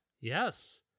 Yes